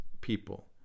people